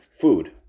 food